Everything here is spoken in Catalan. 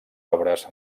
obres